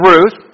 Ruth